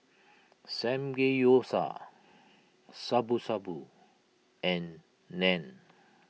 Samgeyopsal Shabu Shabu and Naan